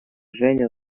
женя